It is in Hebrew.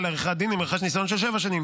לעריכת דין אם רכש ניסיון של שבע שנים.